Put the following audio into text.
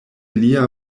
lia